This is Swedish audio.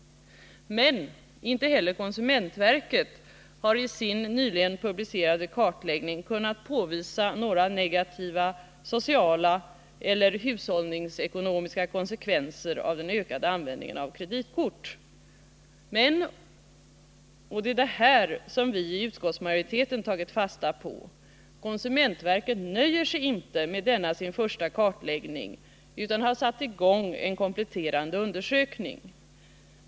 Men inte heller konsumentverket har i sin nyligen publicerade kartläggning kunnat påvisa några negativa sociala eller hushållningsekonomiska konsekvenser av den ökade användningen av kontokort. I utskottsmajoriteten har vi emellertid tagit fasta på att konsumentverket inte nöjer sig med denna sin första kartläggning utan har satt i gång en kompletterande utredning.